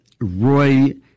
Roy